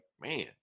man